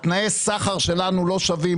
תנאי הסחר שלנו לא שווים.